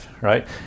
right